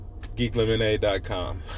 Geeklemonade.com